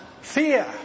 Fear